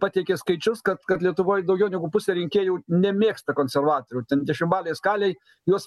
pateikė skaičius kad kad lietuvoj daugiau negu pusė rinkėjų nemėgsta konservatorių ten dešimbalėj skalėj juos